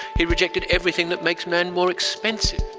he rejected everything that makes man more expensive.